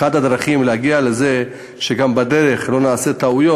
אחת הדרכים להגיע לזה, כדי שבדרך לא נעשה טעויות,